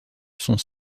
sont